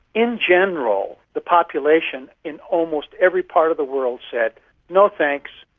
in general the population in almost every part of the world said no thanks,